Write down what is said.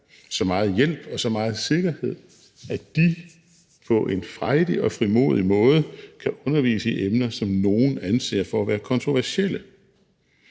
så meget hjælp og så meget sikkerhed, at de på en frejdig og frimodig måde kan undervise i emner, som nogle anser for at være kontroversielle.